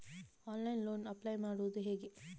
Online loan apply ಮಾಡುವುದು ಹೇಗೆ?